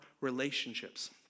relationships